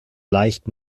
leicht